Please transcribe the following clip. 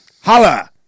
Holla